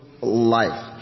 life